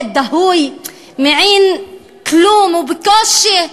מעין כלום, בקושי.